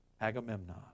Agamemnon